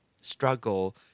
struggle